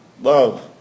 Love